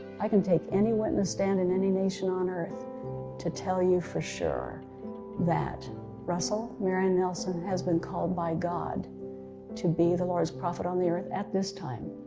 i can take any witness stand in any nation on earth to tell you for sure that russell marion nelson has been called by god to be the lord's prophet on the earth at this time.